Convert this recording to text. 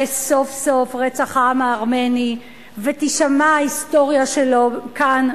סוף-סוף רצח העם הארמני ותישמע ההיסטוריה שלו כאן,